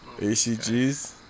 ACGs